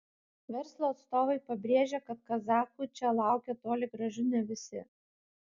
verslo atstovai pabrėžia kad kazachų čia laukia toli gražu ne visi